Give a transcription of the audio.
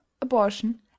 abortion